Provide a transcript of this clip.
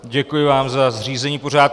Děkuji vám za zřízení pořádku.